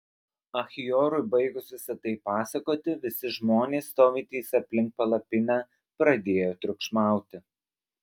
achiorui baigus visa tai pasakoti visi žmonės stovintys aplink palapinę pradėjo triukšmauti